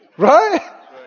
Right